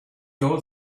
old